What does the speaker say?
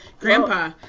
Grandpa